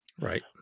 Right